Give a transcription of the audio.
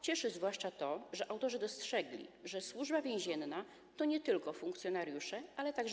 Cieszy zwłaszcza to, że autorzy dostrzegli, że Służba Więzienna to nie tylko funkcjonariusze, ale także.